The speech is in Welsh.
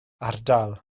ardal